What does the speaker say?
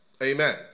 Amen